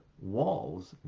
walls